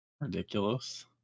Ridiculous